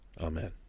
Amen